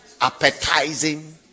appetizing